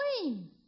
clean